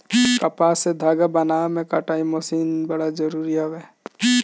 कपास से धागा बनावे में कताई मशीन बड़ा जरूरी हवे